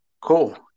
cool